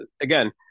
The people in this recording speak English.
again